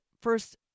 first